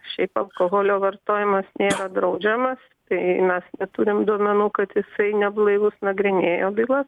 šiaip alkoholio vartojimas nėra draudžiamas tai mes neturim duomenų kad jisai neblaivus nagrinėjo bylas